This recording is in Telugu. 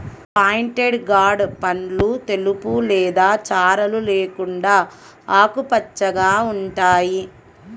పాయింటెడ్ గార్డ్ పండ్లు తెలుపు లేదా చారలు లేకుండా ఆకుపచ్చగా ఉంటాయి